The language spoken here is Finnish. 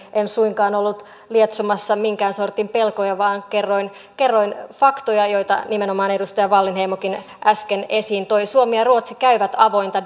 en suinkaan ollut lietsomassa minkään sortin pelkoja vaan kerroin kerroin faktoja joita nimenomaan edustaja wallinheimokin äsken esiin toi suomi ja ruotsi käyvät avointa